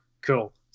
Cool